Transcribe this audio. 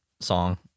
song